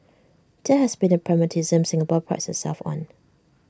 that has been the pragmatism Singapore prides itself on